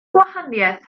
gwahaniaeth